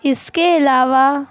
اس کے علاوہ